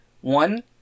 One